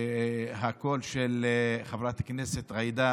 הקול של חברת הכנסת ג'ידא